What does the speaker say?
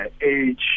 age